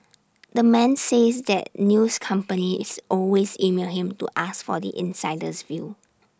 the man says that news companies always email him to ask for the insider's view